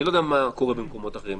אני לא יודע מה קורה במקומות אחרים,